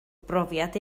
brofiad